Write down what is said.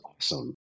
awesome